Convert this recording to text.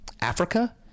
Africa